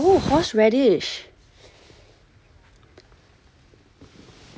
oh horse radish